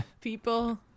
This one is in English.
people